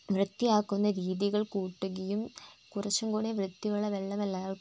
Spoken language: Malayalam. വൃത്തിയാക്കുന്ന രീതികൾ കൂട്ടുകയും കുറച്ചും കൂടെ വൃത്തിയുള്ള വെള്ളം എല്ലാവർക്കും